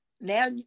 now